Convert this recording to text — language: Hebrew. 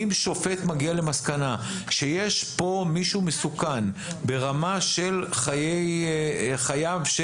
אם שופט מגיע למסקנה שיש פה מישהו מסוכן ברמה של חייו של